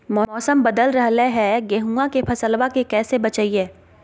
मौसम बदल रहलै है गेहूँआ के फसलबा के कैसे बचैये?